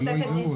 שלא יזהו אותו.